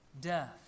death